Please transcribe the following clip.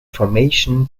formation